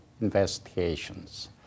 investigations